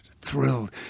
thrilled